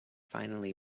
finally